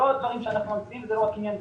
אלה לא דברים שאנחנו ממציאים וזה לא רק עניין דתי.